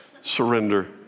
Surrender